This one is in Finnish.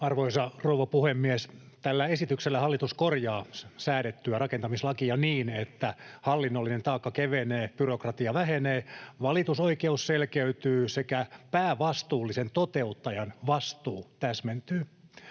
Arvoisa rouva puhemies! Tällä esityksellä hallitus korjaa säädettyä rakentamislakia niin, että hallinnollinen taakka kevenee, byrokratia vähenee, valitusoikeus selkeytyy sekä päävastuullisen toteuttajan vastuu täsmentyy.